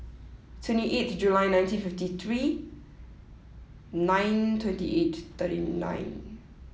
twenty eighth July nineteen fifty three nine twenty eight thirty nine